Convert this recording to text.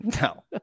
No